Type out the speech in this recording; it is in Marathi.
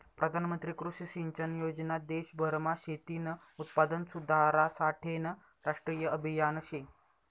प्रधानमंत्री कृषी सिंचन योजना देशभरमा शेतीनं उत्पादन सुधारासाठेनं राष्ट्रीय आभियान शे